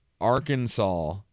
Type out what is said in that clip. Arkansas